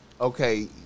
Okay